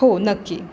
हो नक्की